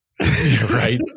right